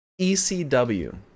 ECW